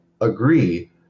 agree